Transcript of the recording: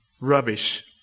rubbish